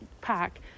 pack